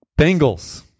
Bengals